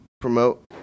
promote